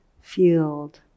field